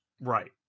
right